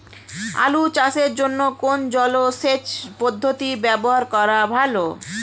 আলু চাষের জন্য কোন জলসেচ পদ্ধতি ব্যবহার করা ভালো?